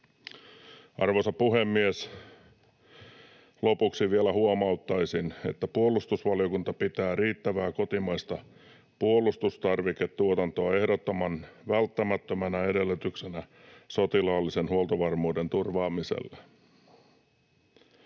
Arvoisa puhemies! Lopuksi vielä huomauttaisin, että puolustusvaliokunta pitää riittävää kotimaista puolustustarviketuotantoa ehdottoman välttämättömänä edellytyksenä sotilaallisen huoltovarmuuden turvaamiselle.